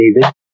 David